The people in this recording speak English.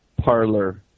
Parlor